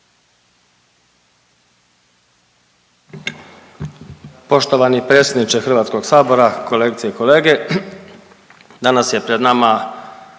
Hrvatskog sabora.